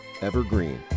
evergreen